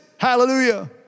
Hallelujah